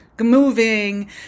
moving